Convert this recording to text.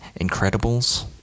Incredibles